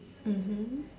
mmhmm